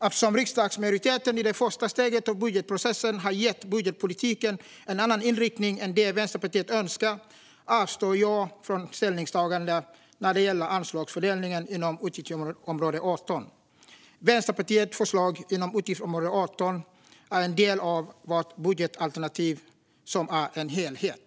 Eftersom riksdagsmajoriteten i det första steget av budgetprocessen har gett budgetpolitiken en annan inriktning än den Vänsterpartiet önskar avstår jag från ställningstagande när det gäller anslagsfördelningen inom utgiftsområde 18. Vänsterpartiets förslag inom utgiftsområde 18 är en del av Vänsterpartiets budgetalternativ, som är en helhet.